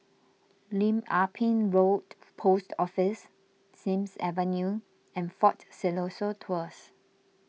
Lim Ah Pin Road Post Office Sims Avenue and fort Siloso Tours